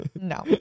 no